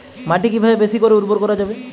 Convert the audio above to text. মাটি কিভাবে বেশী করে উর্বর করা যাবে?